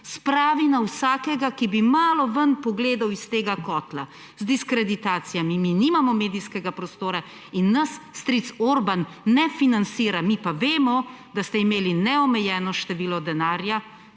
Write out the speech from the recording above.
spravi na vsakega, ki bi malo ven pogledal iz tega kotla. Z diskreditacijami. Mi nimamo medijskega prostora in nas stric Orbán ne financira, mi pa vemo, da ste imeli neomejeno število denarja